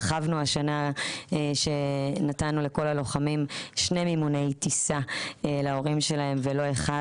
הרחבנו השנה שנתנו לכל הלוחמים שני מימוני טיסה להורים שלהם ולא אחד,